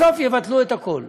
בסוף יבטלו את הכול,